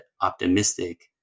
optimistic